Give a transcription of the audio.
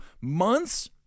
months